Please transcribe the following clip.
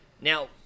Now